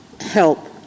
help